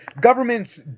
Governments